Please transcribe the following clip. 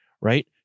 right